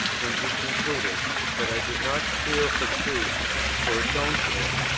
when he concluded that i did not care for truth for its own sake,